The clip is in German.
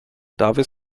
davis